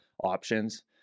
options